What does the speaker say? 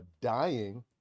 dying